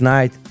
Night